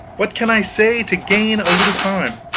what can i say, to gain a little time?